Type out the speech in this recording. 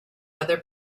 other